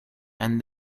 and